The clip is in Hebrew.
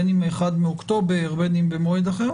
בין אם ב-1 באוקטובר ובין אם במועד אחר,